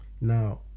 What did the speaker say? now